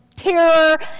Terror